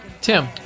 Tim